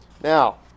Now